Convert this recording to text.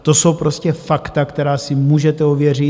To jsou prostě fakta, která si můžete ověřit.